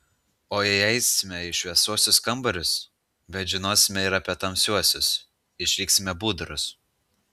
o jei eisime į šviesiuosius kambarius bet žinosime ir apie tamsiuosius išliksime budrūs